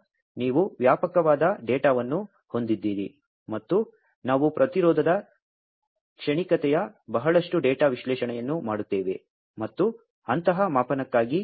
ನಂತರ ನೀವು ವ್ಯಾಪಕವಾದ ಡೇಟಾವನ್ನು ಹೊಂದಿದ್ದೀರಿ ಮತ್ತು ನಾವು ಪ್ರತಿರೋಧದ ಕ್ಷಣಿಕತೆಯ ಬಹಳಷ್ಟು ಡೇಟಾ ವಿಶ್ಲೇಷಣೆಯನ್ನು ಮಾಡುತ್ತೇವೆ ಮತ್ತು ಅಂತಹ ಮಾಪನಕ್ಕಾಗಿ